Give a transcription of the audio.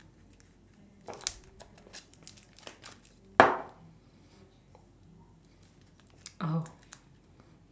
oh